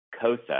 COSA